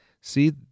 see